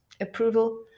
Approval